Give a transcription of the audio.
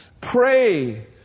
Pray